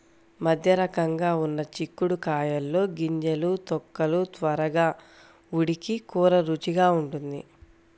మధ్యరకంగా ఉన్న చిక్కుడు కాయల్లో గింజలు, తొక్కలు త్వరగా ఉడికి కూర రుచిగా ఉంటుంది